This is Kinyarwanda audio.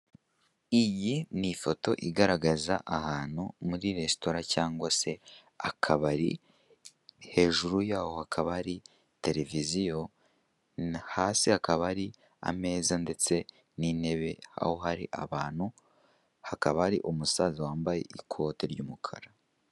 Iyi ni ifoto igaragaza ahantu muri resitora cyangwa se akabari, hejuru yaho hakaba hari televiziyo, hasi hakaba hari ameza ndetse n'intebe, aho hari abantu hakaba hari umusaza wambaye ikoti ry'umukara.